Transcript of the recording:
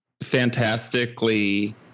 fantastically